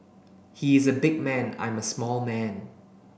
he is a big man I am a small man